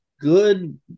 good